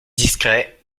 discret